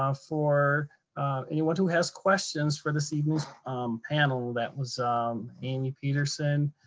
ah for anyone who has questions for this evening's panel. that was um amy peterson,